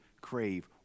crave